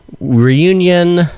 reunion